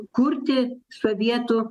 kurti sovietų